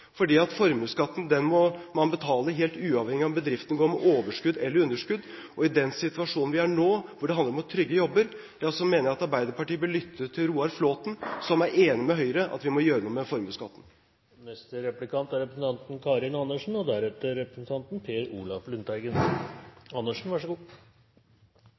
formuesskatten må man betale helt uavhengig av om bedriften går med overskudd eller med underskudd, og i den situasjonen vi er i nå, hvor det handler om å trygge jobber, mener jeg at Arbeiderpartiet bør lytte til Roar Flåthen som er enig med Høyre i at vi må gjøre noe med formuesskatten. Høyre snakker veldig fint for tida både om fattige unger og